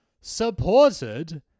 supported